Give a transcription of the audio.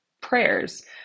prayers